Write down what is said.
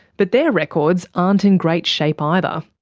but their records aren't in great shape either.